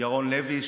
ירון לוי,